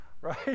Right